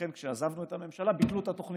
ולכן כשעזבנו את הממשלה ביטלו את התוכנית